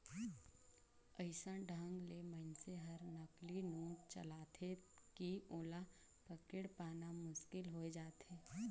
अइसन ढंग ले मइनसे हर नकली नोट चलाथे कि ओला पकेड़ पाना मुसकिल होए जाथे